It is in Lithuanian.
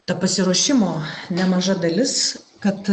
ta pasiruošimo nemaža dalis kad